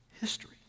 history